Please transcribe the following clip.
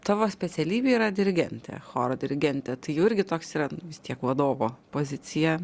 tavo specialybė yra dirigentė choro dirigentė tai jau irgi toks yra vis tiek vadovo pozicija